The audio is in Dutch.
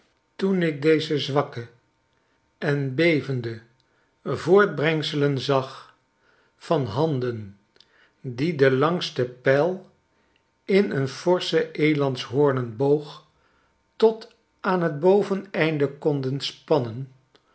toen ik deze zwakke enbevende voortbrengselen zag van handen die den langsten pijl in een forschen elandshoornen boog tot aan t boveneinde konden spannen